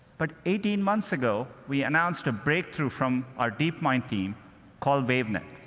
but eighteen months ago, we announced a breakthrough from our deepmind team called wavenet.